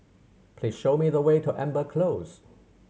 please show me the way to Amber Close